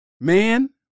Man